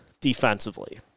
defensively